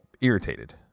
irritated